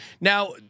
Now